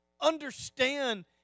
Understand